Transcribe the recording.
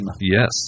Yes